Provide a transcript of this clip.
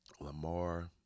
Lamar